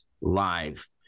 live